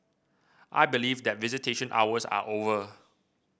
I believe that visitation hours are over